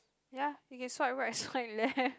ya you can swipe right I swipe left